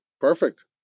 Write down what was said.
perfect